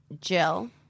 Jill